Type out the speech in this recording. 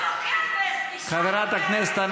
תשלח לו כבש, תשלח